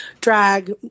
drag